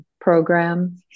program